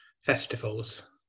festivals